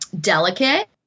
delicate